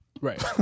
Right